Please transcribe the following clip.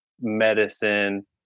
medicine